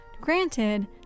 Granted